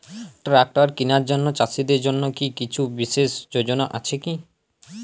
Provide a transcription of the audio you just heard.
Tractor কেনার জন্য চাষীদের জন্য কী কিছু বিশেষ যোজনা আছে কি?